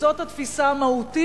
זאת התפיסה המהותית,